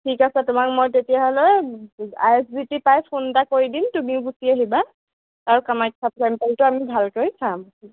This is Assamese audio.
ঠিক আছে তোমাক মই তেতিয়াহ'লে আই এছ বি টি পাই ফোন এটা কৰি দিম তুমিও গুচি আহিবা আৰু কামাখ্যা টেম্পলটো আমি ভালকৈ চাম